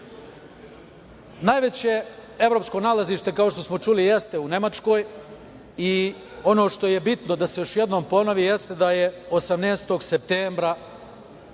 rude. Najveće evropsko nalazište, kao što smo čuli jeste u Nemačkoj i ono što je bitno da se još jednom ponovi jeste da je 18. septembra